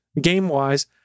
game-wise